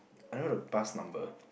I know the bus number